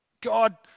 God